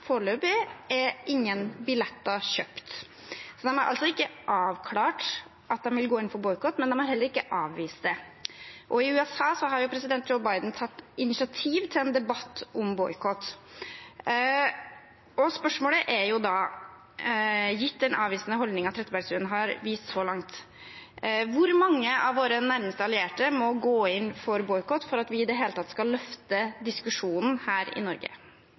Foreløpig er ingen billetter kjøpt. De har altså ikke avklart at de vil gå inn for boikott, men de har heller ikke avvist det. I USA har president Joe Biden tatt initiativ til en debatt om boikott. Spørsmålet er da: Gitt den avvisende holdningen statsråd Trettebergstuen har vist så langt, hvor mange av våre nærmeste allierte må gå inn for boikott for at vi i det hele tatt skal løfte diskusjonen her i Norge?